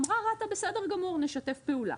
אמרה רת"א בסדר גמור נשתף פעולה.